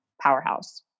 powerhouse